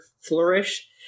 flourish